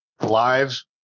live